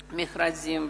המכרזים.